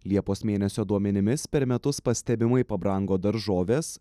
liepos mėnesio duomenimis per metus pastebimai pabrango daržovės